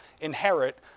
inherit